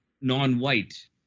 non-white